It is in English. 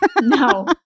No